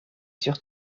sur